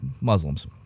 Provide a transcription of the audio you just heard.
Muslims